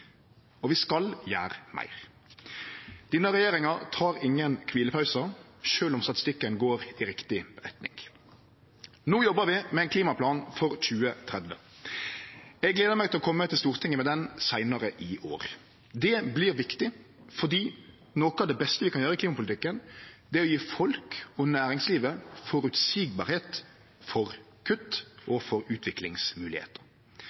Og vi skal gjere meir. Denne regjeringa tek ingen kvilepausar – sjølv om statstikken går i riktig retning. No jobbar vi med ein klimaplan for 2030. Eg gleder meg til å kome til Stortinget med han seinare i år. Det vert viktig fordi noko av det beste vi kan gjere i klimapolitikken, er å gje folk og næringsliv føreseielege kutt